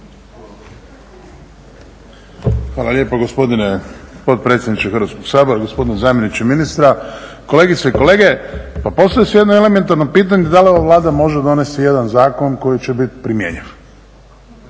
Hvala lijepa gospodine potpredsjedniče Hrvatskoga sabora, gospodine zamjeniče ministra, kolegice i kolege. Pa postavlja se jedno elementarno pitanje da li ova Vlada može donijeti jedan zakon koji će biti primjenjiv.